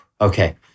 okay